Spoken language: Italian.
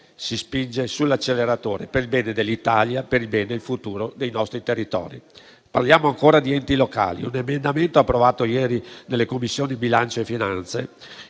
Si spinge sull'acceleratore per il bene dell'Italia, per il bene e il futuro dei nostri territori. Parliamo ancora di enti locali. Un emendamento approvato ieri nelle Commissioni bilancio e finanze